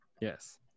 Yes